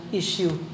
issue